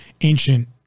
ancient